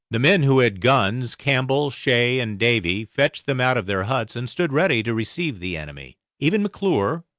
the men who had guns campbell, shay, and davy fetched them out of their huts and stood ready to receive the enemy even mcclure,